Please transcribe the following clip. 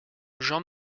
jean